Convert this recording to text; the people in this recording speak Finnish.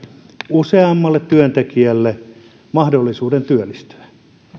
useammalle työntekijälle mahdollisuuden työllistyä